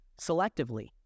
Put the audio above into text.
selectively